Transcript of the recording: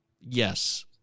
yes